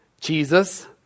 Jesus